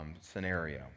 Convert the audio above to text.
scenario